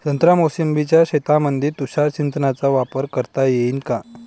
संत्रा मोसंबीच्या शेतामंदी तुषार सिंचनचा वापर करता येईन का?